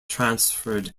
transferred